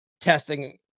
testing